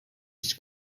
its